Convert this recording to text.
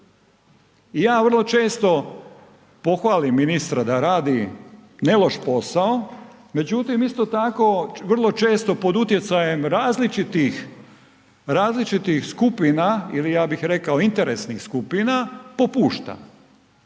ja vrlo često pohvalim ministra da radi ne loš posao, međutim isto tako vrlo često pod utjecajem različitih skupina, ja bih rekao interesnih skupina, popušta,